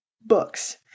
books